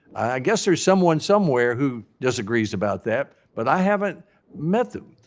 i guess there's someone somewhere who disagrees about that, but i haven't met them.